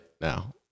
now